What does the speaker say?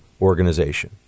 organization